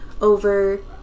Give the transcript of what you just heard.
over